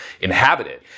inhabited